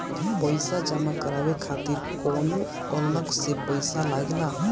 पईसा जमा करवाये खातिर कौनो अलग से पईसा लगेला?